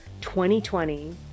2020